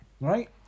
right